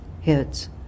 hits